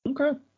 Okay